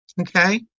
Okay